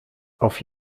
auf